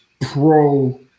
pro